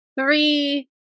Three